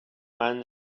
man